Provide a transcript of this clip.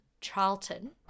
Charlton